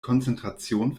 konzentration